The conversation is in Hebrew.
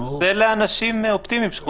אין דרך אחרת לעשות את זה.